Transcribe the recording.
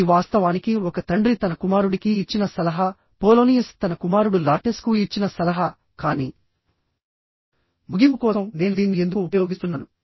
ఇది వాస్తవానికి ఒక తండ్రి తన కుమారుడికి ఇచ్చిన సలహా పోలోనియస్ తన కుమారుడు లార్టెస్కు ఇచ్చిన సలహా కానీ ముగింపు కోసం నేను దీన్ని ఎందుకు ఉపయోగిస్తున్నాను